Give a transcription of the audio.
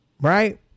Right